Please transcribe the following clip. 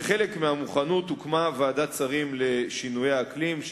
כחלק מהמוכנות הוקמה ועדת שרים לשינוי האקלים,